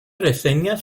reseñas